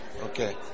Okay